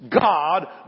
God